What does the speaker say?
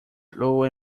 blue